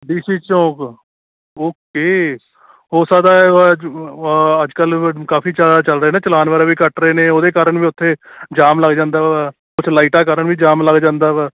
D C ਚੌਂਕ okay ਹੋ ਸਕਦਾ ਅੱਜ ਕੱਲ੍ਹ ਕਾਫੀ ਜ਼ਿਆਦਾ ਚੱਲ ਰਿਹੇ ਨੇ ਚਲਾਨ ਵਗੈਰਾ ਵੀ ਕੱਟ ਰਹੇ ਨੇ ਉਹਦੇ ਕਾਰਨ ਵੀ ਉੱਥੇ ਜਾਮ ਲੱਗ ਜਾਂਦਾ ਵਾ ਕੁਛ ਲਾਈਟਾਂ ਕਾਰਨ ਵੀ ਜਾਮ ਲੱਗ ਜਾਂਦਾ ਵਾ